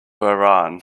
iran